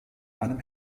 einem